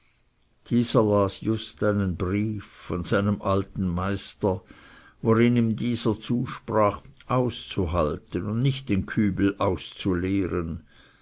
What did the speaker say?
einen brief von seinem alten meister worin ihm dieser zusprach auszuhalten und nicht den kübel auszuleeren